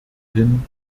hin